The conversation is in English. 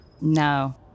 No